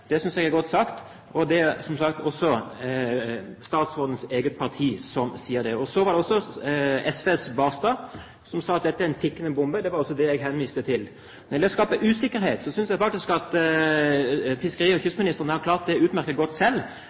er godt sagt, og det er altså statsrådens eget parti som sier det. Så var det SVs Barstad, som sa at dette er en tikkende bombe. Det var også det jeg henviste til. Når det gjelder å skape usikkerhet, synes jeg faktisk at fiskeri- og kystministeren klarte det utmerket godt selv